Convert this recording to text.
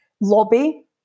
lobby